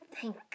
Thank